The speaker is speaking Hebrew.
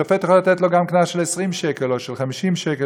השופט יכול לתת לו גם קנס של 20 שקל או של 50 שקל,